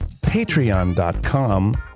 patreon.com